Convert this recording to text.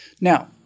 Now